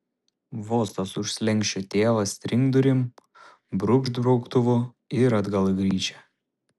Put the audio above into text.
vos tas už slenksčio tėvas trinkt durim brūkšt brauktuvu ir atgal į gryčią